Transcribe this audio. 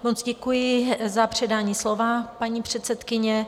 Moc děkuji za předání slova, paní předsedkyně.